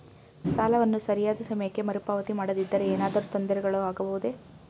ಸಾಲವನ್ನು ಸರಿಯಾದ ಸಮಯಕ್ಕೆ ಮರುಪಾವತಿ ಮಾಡದಿದ್ದರೆ ಏನಾದರೂ ತೊಂದರೆಗಳು ಆಗಬಹುದೇ?